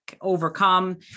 overcome